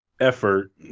effort